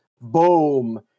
boom